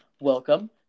welcome